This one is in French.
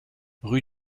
rue